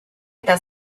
eta